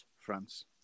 France